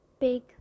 big